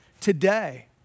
today